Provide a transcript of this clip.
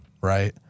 right